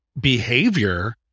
behavior